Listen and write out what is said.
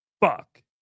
fuck